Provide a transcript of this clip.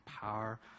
power